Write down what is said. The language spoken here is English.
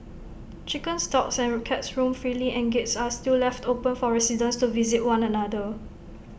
chickens dogs and cats roam freely and gates are still left open for residents to visit one another